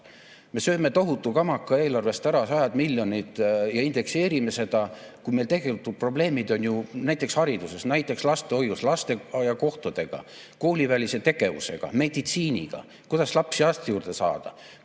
Me sööme tohutu kamaka eelarvest ära, sajad miljonid, ja indekseerime seda, samas kui meil tegelikult probleemid on ju näiteks hariduses, näiteks lastehoius, lasteaiakohtadega, koolivälise tegevusega, meditsiiniga. Kuidas lapsi arsti juurde saada?